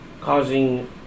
causing